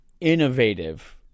innovative